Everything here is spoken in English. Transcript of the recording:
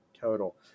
total